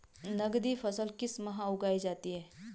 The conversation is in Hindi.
नकदी फसल किस माह उगाई जाती है?